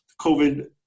COVID